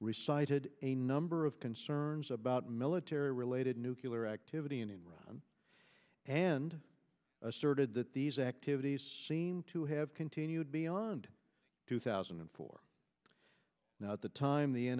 re cited a number of concerns about military related nucular activity in iran and asserted that these activities seem to have continued beyond two thousand and four now at the time the